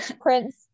prince